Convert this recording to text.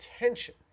attention